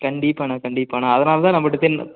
கண்டிப்பாண்ணா கண்டிப்பாண்ணா அதனால தான் நம்மள்ட்ட தென்